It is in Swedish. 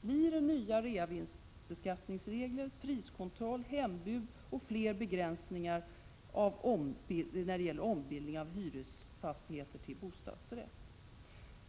Blir det nya reavinstbeskattningsregler, priskontroll, hembud och fler begränsningar för ombildning av hyresfastigheter till bostadsrätt?